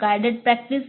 guided practice